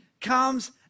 comes